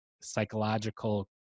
psychological